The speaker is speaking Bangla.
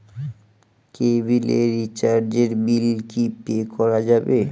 কেবিলের রিচার্জের বিল কি পে করা যাবে?